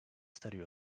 study